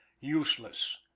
Useless